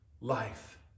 life